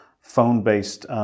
phone-based